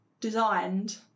designed